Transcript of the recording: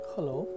Hello